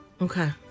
Okay